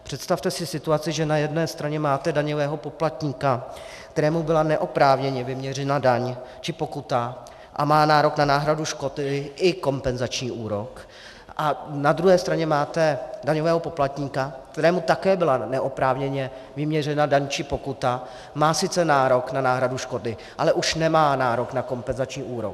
Představte si situaci, že na jedné straně máte daňového poplatníka, kterému byla neoprávněně vyměřena daň či pokuta a má nárok na náhradu škody i kompenzační úrok, a na druhé straně máte daňového poplatníka, kterému také byla neoprávněně vyměřena daň či pokuta, má sice nárok na náhradu škody, ale už nemá nárok na kompenzační úrok.